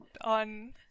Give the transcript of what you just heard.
on